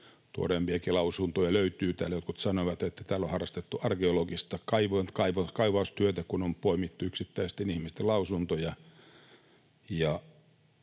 tuoreempiakin lausuntoja löytyy. Täällä jotkut sanoivat, että täällä on harrastettu arkeologista kaivaustyötä, kun on poimittu yksittäisten ihmisten lausuntoja,